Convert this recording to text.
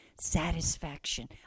satisfaction